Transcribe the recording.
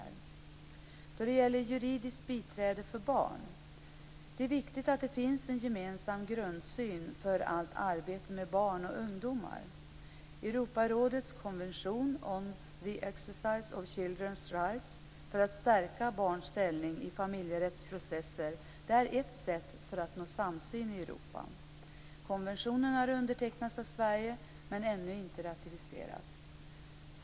Då det gäller juridiskt biträde för barn är det viktigt att det finns en gemensam grundsyn för allt arbete med barn och ungdomar. Europarådets konvention Rights för att stärka barns ställning i familjerättsprocesser är ett sätt att nå samsyn i Europa. Konventionen har undertecknats av Sverige men ännu inte ratificerats. Konventionen har undertecknats av Sverige men ännu inte ratificerats.